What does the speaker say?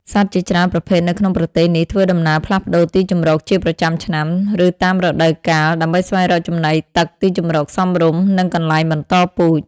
សត្វជាច្រើនប្រភេទនៅក្នុងប្រទេសនេះធ្វើដំណើរផ្លាស់ប្តូរទីជម្រកជាប្រចាំឆ្នាំ ឬតាមរដូវកាល ដើម្បីស្វែងរកចំណី ទឹក ទីជម្រកសមរម្យ និងកន្លែងបន្តពូជ។